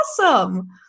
awesome